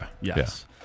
Yes